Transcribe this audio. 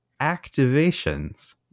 activations